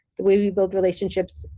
the way we build relationships,